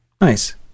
Nice